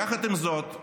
יחד עם זאת,